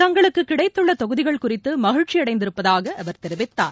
தங்களுக்குகிடைத்துள்ளதொகுதிகள் குறித்துமகிழ்ச்சிஅடைந்திருப்பதாகஅவர் தெரிவித்தார்